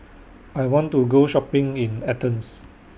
I want to Go Shopping in Athens